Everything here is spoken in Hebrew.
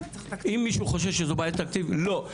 אם מישהו חושב שזו בעיית תקציב, לא.